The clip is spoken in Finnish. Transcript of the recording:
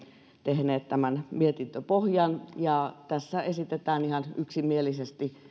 tehneet tämän mietintöpohjan ja tässä esitetään ihan yksimielisesti